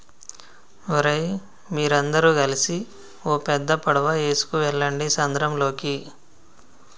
ఓరై మీరందరు గలిసి ఓ పెద్ద పడవ ఎసుకువెళ్ళండి సంద్రంలోకి